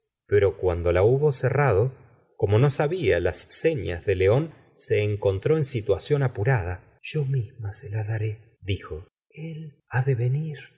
pero cu ando la hubo cerrado como no sabia las señas de león se enconlró en situación apurada yo misma se la daré dijo el ha de venir